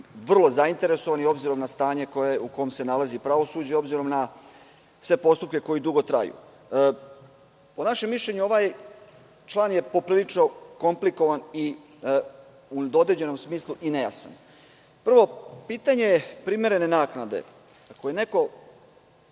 vrlo zainteresovani, obzirom na stanje u kome se nalazi pravosuđe, obzirom na sve postupke koji dugo traju. Po našem mišljenju, ovaj član je poprilično komplikovan i u određenom smislu nejasan. Prvo, pitanje primerene naknade. Ako je neko